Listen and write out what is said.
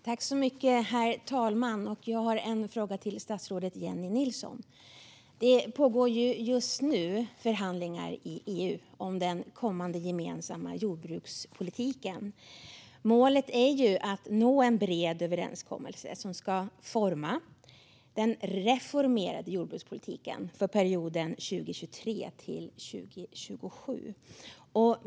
Herr talman! Jag har en fråga till statsrådet Jennie Nilsson. Det pågår just nu förhandlingar i EU om den kommande gemensamma jordbrukspolitiken. Målet är att nå en bred överenskommelse som ska forma den reformerade jordbrukspolitiken för perioden 2023-2027.